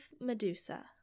Medusa